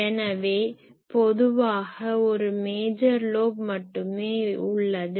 எனவே பொதுவாக ஒரு மேஜர் லோப் மட்டுமே உள்ளது